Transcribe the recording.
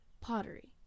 pottery